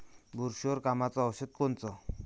बुरशीवर कामाचं औषध कोनचं?